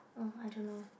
oh I don't know